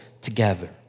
together